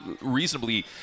reasonably